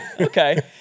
okay